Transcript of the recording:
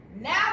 Now